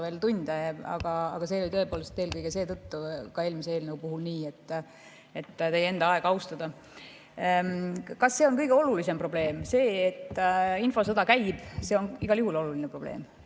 tunde. Aga see oli tõepoolest eelkõige seetõttu nii ka eelmise eelnõu puhul, ma soovin teie enda aega austada. Kas see on kõige olulisem probleem? See, et infosõda käib, on igal juhul oluline probleem.